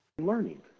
Learning